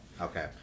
okay